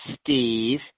Steve